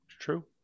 True